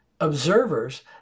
observers